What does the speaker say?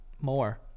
more